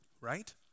Right